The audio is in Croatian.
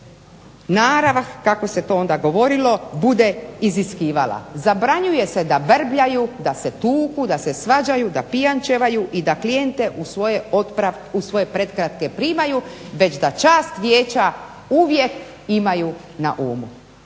narav kako se to onda govorilo bude iziskivala. Zabranjuje se da brbljaju, da se tuku, da se svađaju, da pijančevaju i da klijente u svoje prekratke primaju već da čast vijeća uvijek imaju na umu.